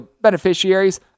beneficiaries